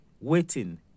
waiting